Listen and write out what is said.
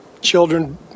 children